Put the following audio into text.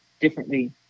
differently